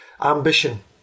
ambition